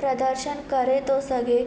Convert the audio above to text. प्रदर्शन करे थो सघे